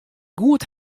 goed